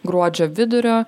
gruodžio vidurio